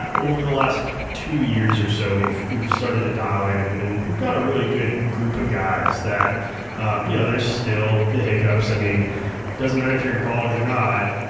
um over the last two years or so, we've we've started to dial in and and we've got a really good group of guys that you know there's still the hiccups. it i mean doesn't matter if you're in college or not,